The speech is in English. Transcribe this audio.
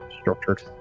Structured